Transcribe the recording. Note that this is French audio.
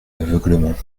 aveuglement